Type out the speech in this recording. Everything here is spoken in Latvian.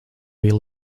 bija